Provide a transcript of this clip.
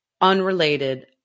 unrelated